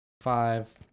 five